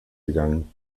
gegangen